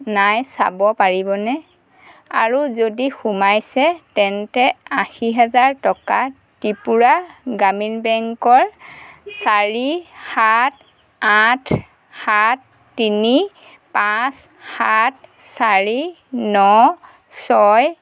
নাই চাব পাৰিবনে আৰু যদি সোমাইছে তেন্তে আশী হাজাৰ টকা ত্ৰিপুৰা গ্ৰামীণ বেংকৰ চাৰি সাত আঠ সাত তিনি পাঁচ সাত চাৰি ন ছয়